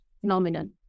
phenomenon